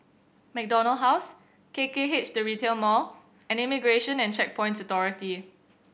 MacDonald House K K H The Retail Mall and Immigration and Checkpoints Authority